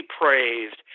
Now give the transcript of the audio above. praised